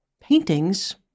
paintings